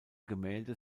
gemälde